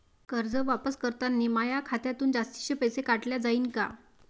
कर्ज वापस करतांनी माया खात्यातून जास्तीचे पैसे काटल्या जाईन का?